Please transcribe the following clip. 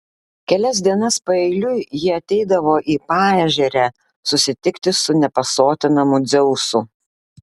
kelias dienas paeiliui ji ateidavo į paežerę susitikti su nepasotinamu dzeusu